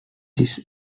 this